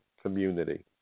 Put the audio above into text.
community